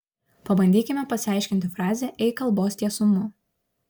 pabandykime pasiaiškinti frazę eik kalbos tiesumu